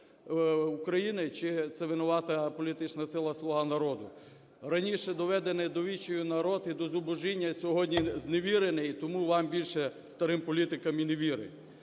України чи це винувата політична сила "Слуга народу"? Раніше доведений до відчаю народ і до зубожіння сьогодні зневірений, і тому вам більше старим політикам і не вірить.